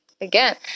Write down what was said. Again